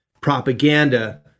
propaganda